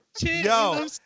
yo